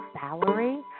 salary